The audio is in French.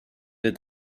est